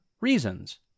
reasons